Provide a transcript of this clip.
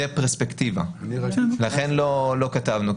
זו פרספקטיבה, לכן לא כתבנו.